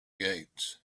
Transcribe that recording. gates